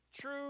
True